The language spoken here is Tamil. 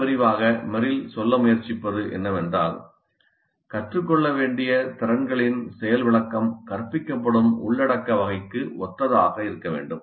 மிக விரிவாக மெரில் சொல்ல முயற்சிப்பது என்னவென்றால் கற்றுக்கொள்ள வேண்டிய திறன்களின் செயல் விளக்கம் கற்பிக்கப்படும் உள்ளடக்க வகைக்கு ஒத்ததாக இருக்க வேண்டும்